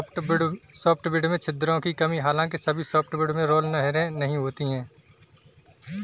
softwood में छिद्रों की कमी हालांकि सभी सॉफ्टवुड में राल नहरें नहीं होती है